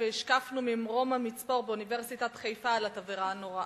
והשקפנו ממרום המצפור באוניברסיטת חיפה על התבערה הנוראה.